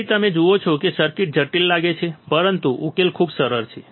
તેથી તમે જુઓ છો કે સર્કિટ જટિલ લાગે છે પરંતુ ઉકેલ ખૂબ જ સરળ છે